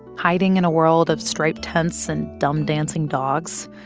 hiding in a world of striped tents and dumb, dancing dogs?